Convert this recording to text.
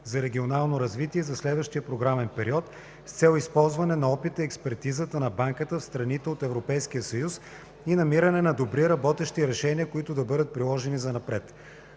за регионално развитие за следващия програмен период с цел използване на опита и експертизата на банката в страните от Европейския съюз и намиране на добри работещи решения, които да бъдат приложени занапред.